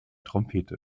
trompete